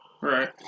Right